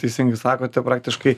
teisingai sakote praktiškai